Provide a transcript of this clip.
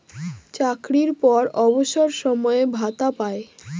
চাকরির পর অবসর সময়ে ভাতা পায়